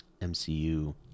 mcu